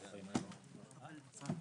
הישיבה